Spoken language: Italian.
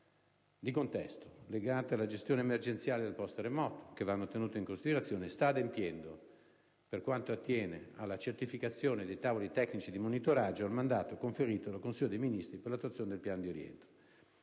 di contesto legate alla gestione emergenziale del *post*-terremoto (che vanno tenute in considerazione), sta adempiendo, per quanto attiene alla certificazione dei tavoli tecnici di monitoraggio, al mandato conferito dal Consiglio dei ministri per l'attuazione del piano di rientro